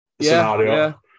scenario